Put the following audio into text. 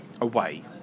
away